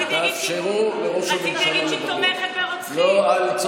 עשינו את זה במשבר ההומניטרי בגולן,